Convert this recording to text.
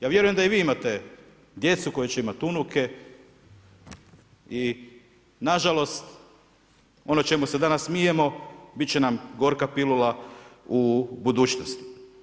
Ja vjerujem da i vi imate da vi imate djecu koja će imati unuke i nažalost, ono čemu se danas smijemo, biti će nam gorka pilula u budućnosti.